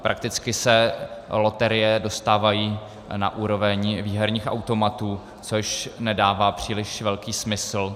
Prakticky se loterie dostávají na úroveň výherních automatů, což nedává příliš velký smysl.